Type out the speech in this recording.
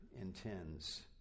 intends